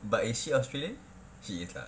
but is she australian she is lah